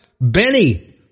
Benny